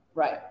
Right